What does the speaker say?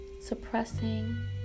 Suppressing